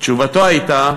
תשובתו הייתה: